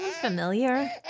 familiar